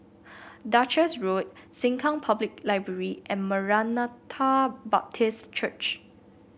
Duchess Road Sengkang Public Library and Maranatha Baptist Church